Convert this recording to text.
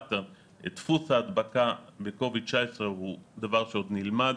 דפוס ההדבקה ב-covid 19 הוא דבר שעוד נלמד,